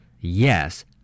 Yes